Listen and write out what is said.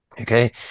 Okay